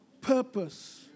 purpose